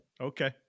Okay